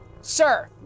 Sir